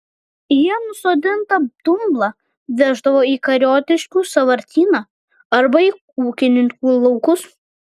jie nusodintą dumblą veždavo į kariotiškių sąvartyną arba į ūkininkų laukus